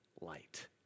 light